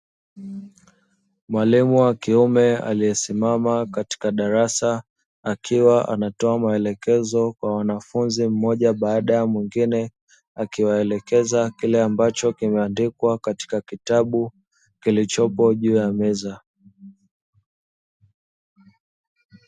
Mwalimu wa kiume aliyesimama katika darasa akiwa anatoa maelekezo kwa wanafunzi mmoja baada ya mwingine akiwaelekeza kile ambacho kimeandikwa katika kitabu kilichopo juu ya meza.